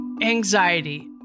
anxiety